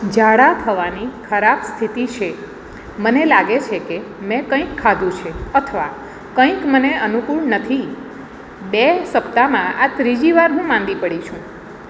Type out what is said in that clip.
ઝાડા થવાની ખરાબ સ્થિતિ છે મને લાગે છે કે મેં કંઈક ખાધું છે અથવા કંઈક મને અનુકૂળ નથી બે સપ્તાહમાં આ ત્રીજી વાર હું માંદી પડી છું